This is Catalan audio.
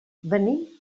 venim